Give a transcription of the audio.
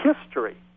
history